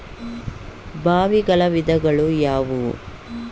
ಬಾವಿಗಳ ವಿಧಗಳು ಯಾವುವು?